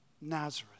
Nazareth